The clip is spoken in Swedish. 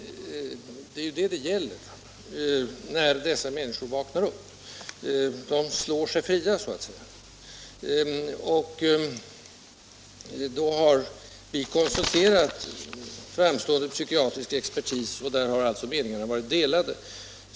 Det är ju det det gäller när dessa narkomaner vaknar upp. De slår sig så att säga fria. Vi har konsulterat framstående psykiatrisk expertis, men inom denna har meningarna varit delade om hur man skall göra.